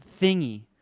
thingy